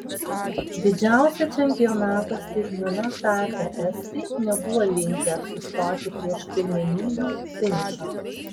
didžiausia čempionato staigmena tapę estai nebuvo linkę sustoti prieš pirmenybių finišą